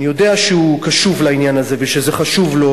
אני יודע שהוא קשוב לעניין הזה ושזה חשוב לו,